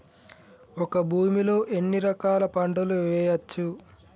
ఒక భూమి లో ఎన్ని రకాల పంటలు వేయచ్చు?